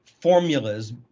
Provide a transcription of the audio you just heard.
formulas